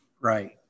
right